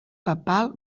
papal